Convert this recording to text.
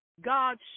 God